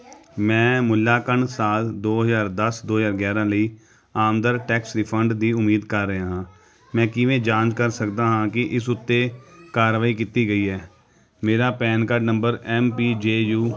ਮੈਂ ਮੁਲਾਂਕਣ ਸਾਲ ਦੋ ਹਜ਼ਾਰ ਦਸ ਦੋ ਹਜ਼ਾਰ ਗਿਆਰ੍ਹਾਂ ਲਈ ਆਮਦਨ ਟੈਕਸ ਰਿਫੰਡ ਦੀ ਉਮੀਦ ਕਰ ਰਿਹਾ ਹਾਂ ਮੈਂ ਕਿਵੇਂ ਜਾਂਚ ਕਰ ਸਕਦਾ ਹਾਂ ਕਿ ਇਸ ਉੱਤੇ ਕਾਰਵਾਈ ਕੀਤੀ ਗਈ ਹੈ ਮੇਰਾ PAN card number M P J you